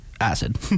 acid